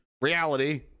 reality